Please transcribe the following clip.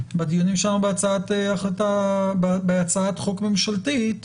בדיונים שלנו בהצעת חוק ממשלתית,